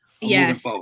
Yes